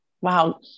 wow